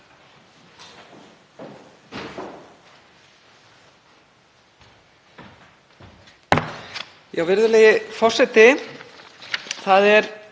Já, virðulegi forseti, ég er